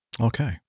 okay